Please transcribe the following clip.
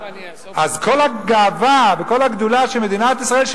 אז כל הגאווה וכל הגדולה של מדינת ישראל,